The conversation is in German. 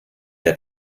der